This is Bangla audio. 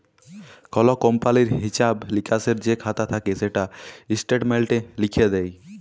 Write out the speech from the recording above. কল কমপালির হিঁসাব লিকাসের যে খাতা থ্যাকে সেটা ইস্ট্যাটমেল্টে লিখ্যে দেয়